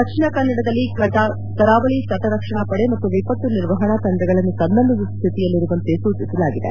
ದಕ್ಷಿಣ ಕನ್ನಡದಲ್ಲಿ ಕರಾವಳಿ ತಟರಕ್ಷಣಾ ಪಡೆ ಮತ್ತು ವಿಪತ್ತು ನಿರ್ವಹಣಾ ತಂಡಗಳನ್ನು ಸನ್ನದ್ದು ಸ್ಥಿತಿಯಲ್ಲಿರುವಂತೆ ಸೂಚಿಸಲಾಗಿದೆ